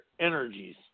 energies